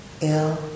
ill